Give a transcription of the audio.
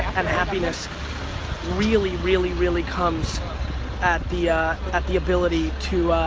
and happiness really really really comes at the at the ability to,